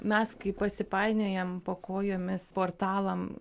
mes kai pasipainiojam po kojomis portalam